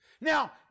Now